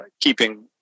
keeping